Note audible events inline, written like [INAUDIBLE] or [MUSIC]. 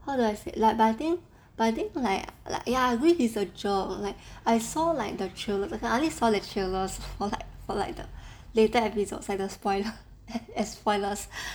how do I sa~ but I think but I think like like ya I agree he is a jerk like I saw like the trailers okay I only saw the trailers for like for like the later episodes like the spoiler [LAUGHS] spoilers